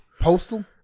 Postal